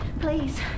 please